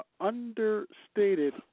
understated